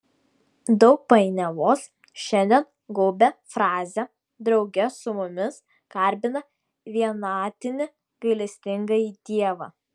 daug painiavos šiandien gaubia frazę drauge su mumis garbina vienatinį gailestingąjį dievą